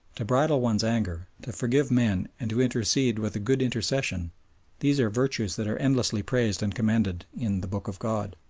to bridle one's anger, to forgive men and to intercede with a good intercession these are virtues that are endlessly praised and commended in the book of god.